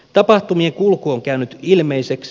tapahtumien kulku on käynyt ilmeiseksi